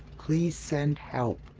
please send help.